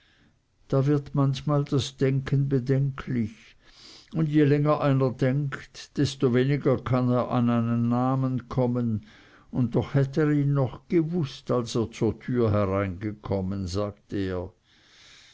da wird manchmal das denken bedenklich und je länger einer denkt desto weniger kann er an einen namen kommen und doch hatte er ihn noch gewußt als er zur türe hereingekommen sagt er